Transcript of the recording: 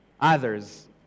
others